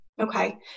okay